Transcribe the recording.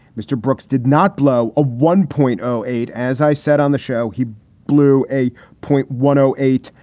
mr. brooks did not blow a one point oh eight. as i said on the show, he blew a point one oh eight.